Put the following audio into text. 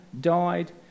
died